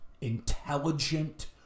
intelligent